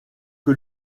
que